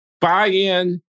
buy-in